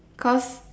cause